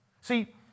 See